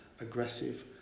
aggressive